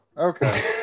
Okay